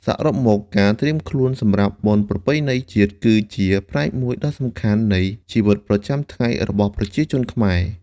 សរុបមក ការត្រៀមខ្លួនសម្រាប់បុណ្យប្រពៃណីជាតិគឺជាផ្នែកមួយដ៏សំខាន់នៃជីវិតប្រចាំថ្ងៃរបស់ប្រជាជនខ្មែរ។